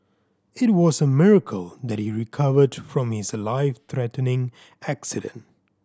it was a miracle that he recovered from his life threatening accident